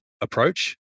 approach